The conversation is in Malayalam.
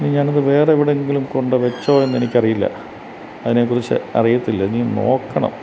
ഇനി ഞാനത് വേറെവിടെയെങ്കിലും കൊണ്ടു വെച്ചോയെന്നെനിക്കറിയില്ല അതിനേക്കുറിച്ച് അറിയത്തില്ല ഇനി നോക്കണം